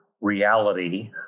reality